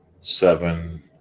seven